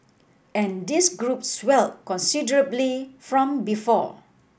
and this group swell considerably from before